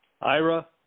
Ira